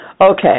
Okay